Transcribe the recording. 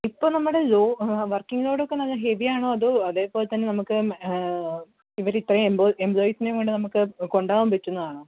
ഇപ്പോൾ നമ്മുടെ low working ലോഡൊക്കെ നല്ല ഹെവിയാണോ അതോ അതേപോലെ തന്നെ നമുക്ക് ഇവർ ഇത്രയും എംപ്ലോ എംപ്ലോയിസിനെയും കൊണ്ട് നമുക്ക് കൊണ്ടുപോകാൻ പറ്റുന്നതാണോ